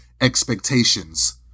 expectations